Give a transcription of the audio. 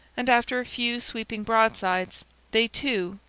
and after a few sweeping broadsides they, too,